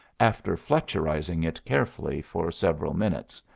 after fletcherizing it carefully for several minutes,